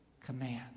command